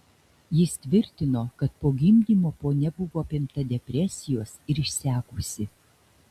jis tvirtino kad po gimdymo ponia buvo apimta depresijos ir išsekusi